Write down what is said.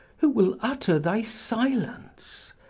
who will utter thy silence?